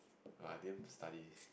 no I didn't study